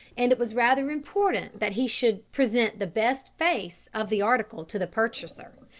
and it was rather important that he should present the best face of the article to the purchaser.